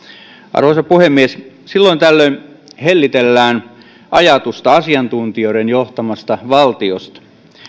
arvoisa puhemies silloin tällöin hellitellään ajatusta asiantuntijoiden johtamasta valtiosta